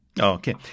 Okay